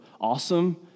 awesome